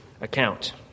account